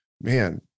man